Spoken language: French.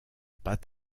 pas